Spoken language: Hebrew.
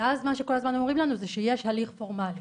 ואז מה שכל הזמן אומרים לנו זה שיש הליך פורמלי.